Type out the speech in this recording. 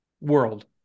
world